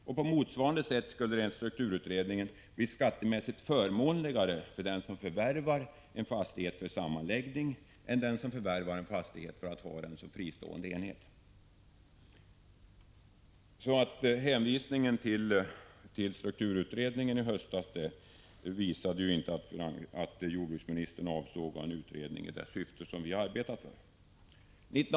Enligt strukturutredningen skulle det på motsvarande sätt bli skattemässigt förmånligare att förvärva en fastighet för sammanläggning än att ha den kvar som en fristående enhet. Den hänvisning till strukturutredningen som jordbruksministern gjorde i höstas visade ju inte att denne avsåg någon utredning i det syfte som vi har arbetat för.